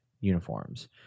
uniforms